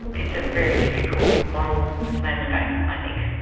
it's a very difficult moral landscape i think.